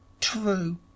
true